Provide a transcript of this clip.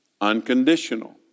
unconditional